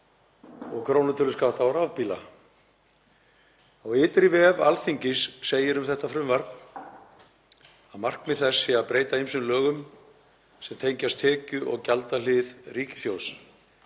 og krónutöluskatt á rafbíla. Á ytri vef Alþingis segir um þetta frumvarp að markmið þess sé að breyta ýmsum lögum sem tengjast tekju- og gjaldahlið ríkissjóðs